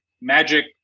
magic